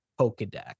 pokedex